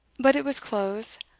but it was close,